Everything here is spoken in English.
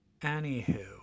Anywho